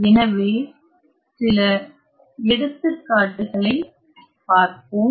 எனவே சில எடுத்துக்காட்டுகளைப் பார்ப்போம்